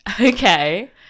Okay